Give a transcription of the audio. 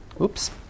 Oops